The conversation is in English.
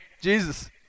Jesus